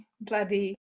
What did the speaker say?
bloody